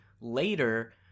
later